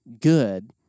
good